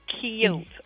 cute